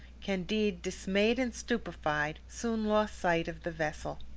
candide, dismayed and stupefied, soon lost sight of the vessel.